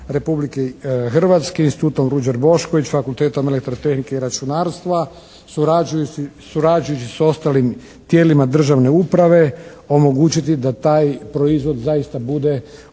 Republike Hrvatske instituta "Ruđer Bošković", Fakulteta elektrotehnike i računarstva surađujući s ostalim tijelima državne uprave omogućiti da taj proizvod zaista bude u